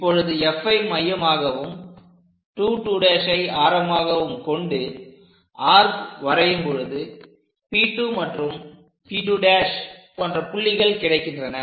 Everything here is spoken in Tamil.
இப்பொழுது Fஐ மையமாகவும் 2 2' ஐ ஆரமாகவும் கொண்டு ஆர்க் வரையும் பொழுது P 2 மற்றும் P 2' போன்ற புள்ளிகள் கிடைக்கின்றன